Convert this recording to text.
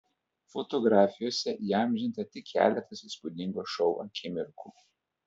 fotografijose įamžinta tik keletas įspūdingo šou akimirkų